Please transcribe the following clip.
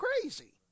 crazy